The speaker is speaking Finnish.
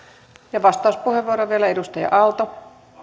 vastauspuheenvuoro vielä edustaja aallolle